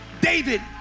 David